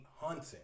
hunting